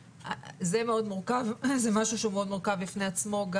זה משהו שהוא מאוד מורכב בפני עצמו.